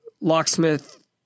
locksmith